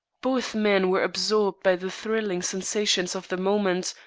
both men were absorbed by the thrilling sensations of the moment,